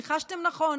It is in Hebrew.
ניחשתם נכון,